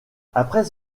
après